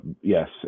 yes